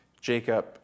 Jacob